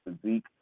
physique